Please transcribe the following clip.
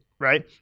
Right